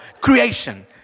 creation